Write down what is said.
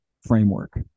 framework